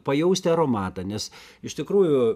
pajausti aromatą nes iš tikrųjų